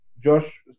Josh